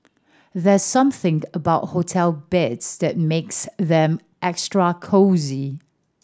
there's something about hotel beds that makes them extra cosy